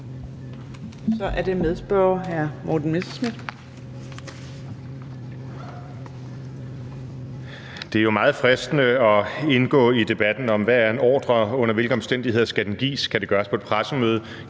Så er det medspørgeren, hr. Morten Messerschmidt.